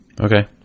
Okay